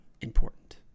important